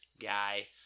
guy